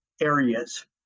areas